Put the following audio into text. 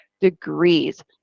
degrees